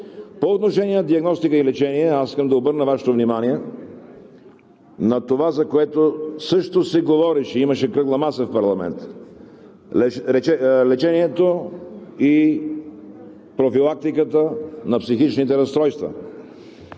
По отношение на диагностика и лечение, искам да обърна Вашето внимание на това, за което също се говореше – имаше „кръгла маса“ в парламента, лечението и профилактиката на психичните разстройства.